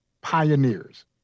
pioneers